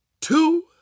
two